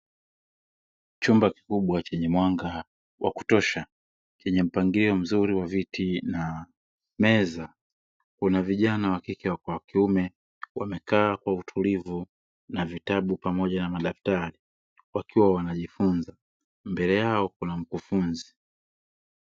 Chumba kikubwa chenye mwanga wa kutosha, chenye mpangilio mzuri wa vyeti na meza; kuna vijana wa kike na wa kiume wamekaa kwa utulivu, na vitabu pamoja na madaktari, wakiwa wanajifunza mbele yao kuna mkufunzi.